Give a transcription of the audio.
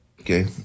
okay